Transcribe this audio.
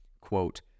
quote